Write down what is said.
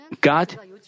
God